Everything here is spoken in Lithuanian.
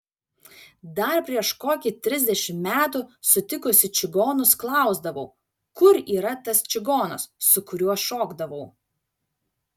dar prieš kokį trisdešimt metų sutikusi čigonus klausdavau kur yra tas čigonas su kuriuo šokdavau